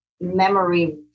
memory